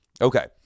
okay